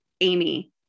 Amy